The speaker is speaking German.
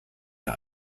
der